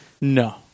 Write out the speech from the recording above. No